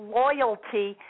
loyalty